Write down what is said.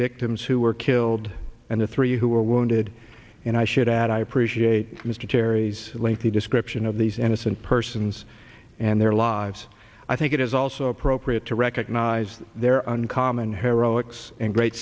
victims who were killed and the three who were wounded and i should add i appreciate mr kerry's lengthy description of these innocent persons and their lives i think it is also appropriate to recognize their own common heroism and great